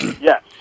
Yes